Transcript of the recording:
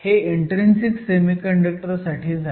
हे intrinsic semiconductor साठी झालं